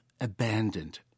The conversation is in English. abandoned